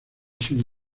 sin